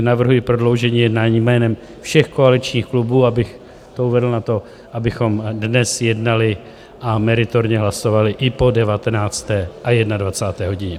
Navrhuji prodloužení jednání jménem všech koaličních klubů, abych to uvedl na to, abychom dnes jednali a meritorně hlasovali i po devatenácté a jedenadvacáté hodině.